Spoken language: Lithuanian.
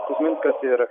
kuzminskas ir